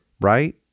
Right